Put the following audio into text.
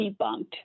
debunked